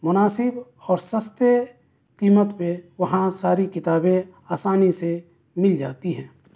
مناسب اور سستے قیمت پہ وہاں ساری کتابیں آسانی سے مل جاتی ہیں